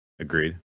Agreed